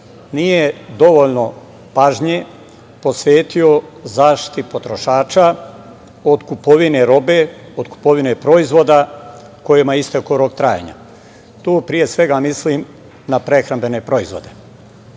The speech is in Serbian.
nije dovoljno pažnje posvetio zaštiti potrošača od kupovine robe, od kupovine proizvoda kojima je istekao rok trajanja, to pre svega mislim na prehrambene proizvode.